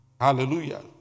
Hallelujah